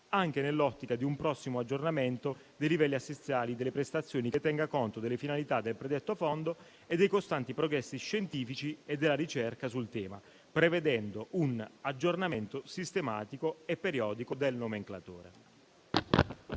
anche nell'ottica di un prossimo aggiornamento dei livelli essenziali delle prestazioni che tenga conto delle finalità del predetto fondo e dei costanti progressi scientifici e della ricerca sul tema, prevedendo un aggiornamento sistematico e periodico del nomenclatore.